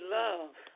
love